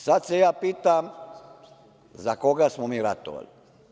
Sad se ja pitam – za koga smo mi ratovali?